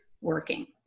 working